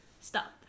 Stop